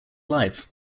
life